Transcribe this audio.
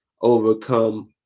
overcome